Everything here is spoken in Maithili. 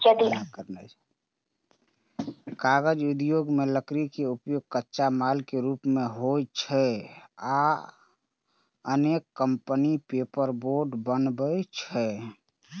कागज उद्योग मे लकड़ी के उपयोग कच्चा माल के रूप मे होइ छै आ अनेक कंपनी पेपरबोर्ड बनबै छै